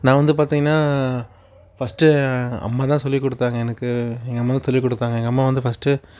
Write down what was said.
நான் வந்து பார்த்தீங்கனா ஃபஸ்டு அம்மாதான் சொல்லி கொடுத்தாங்க எனக்கு எங்கள் அம்மாதான் சொல்லி கொடுத்தாங்க எங்கள் அம்மா வந்து ஃபஸ்டு